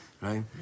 Right